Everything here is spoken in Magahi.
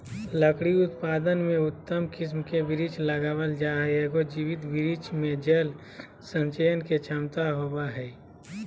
लकड़ी उत्पादन में उत्तम किस्म के वृक्ष लगावल जा हई, एगो जीवित वृक्ष मे जल संचय के क्षमता होवअ हई